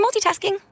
multitasking